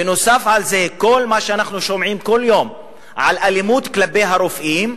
ובנוסף על זה כל מה שאנחנו שומעים כל יום על אלימות כלפי הרופאים,